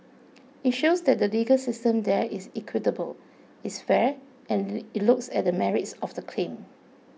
it shows that the legal system there is equitable it's fair and it looks at the merits of the claim